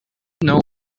know